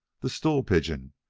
the stool-pigeon,